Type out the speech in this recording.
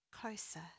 Closer